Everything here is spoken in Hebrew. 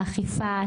האכיפה,